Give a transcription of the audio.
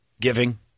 giving